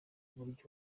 buryo